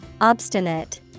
Obstinate